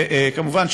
כמובן,